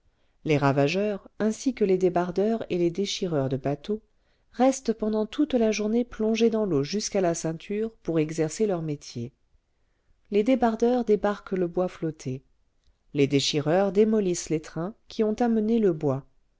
les ravageurs ainsi que les débardeurs et les déchireurs de bateaux restent pendant toute la journée plongés dans l'eau jusqu'à la ceinture pour exercer leur métier les débardeurs débarquent le bois flotté les déchireurs démolissent les trains qui ont amené le bois